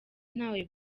ntawe